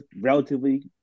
relatively